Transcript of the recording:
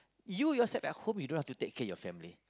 you yourself at home you don't have to take care your family